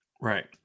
Right